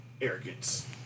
arrogance